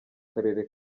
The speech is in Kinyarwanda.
karere